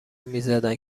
میزدن